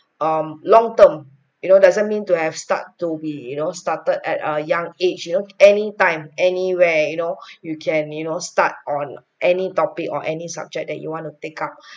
um long term you know doesn't mean to have start to be you know started at a young age you know anytime anywhere you know you can you know start on any topic or any subject that you want to take up